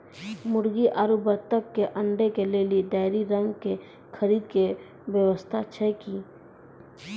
मुर्गी आरु बत्तक के अंडा के लेली डेयरी रंग के खरीद के व्यवस्था छै कि?